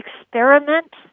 experiment